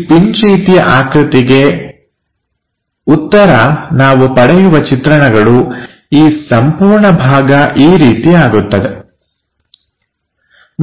ಈ ಪಿನ್ ರೀತಿಯ ಆಕೃತಿಗೆ ಉತ್ತರ ನಾವು ಪಡೆಯುವ ಚಿತ್ರಣಗಳು ಈ ಸಂಪೂರ್ಣ ಭಾಗ ಈ ರೀತಿ ಆಗುತ್ತದೆ